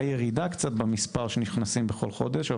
ירידה קצת במספר הנכנסים בכל חודש,